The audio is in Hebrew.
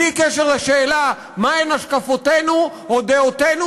בלי קשר לשאלה מה הן השקפותינו או דעותינו